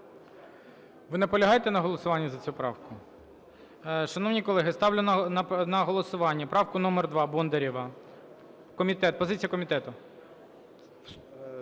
Ви наполягаєте на голосуванні за цю правку? Шановні колеги, ставлю на голосування правку номер 2 Бондарєва. Позиція комітету?